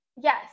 Yes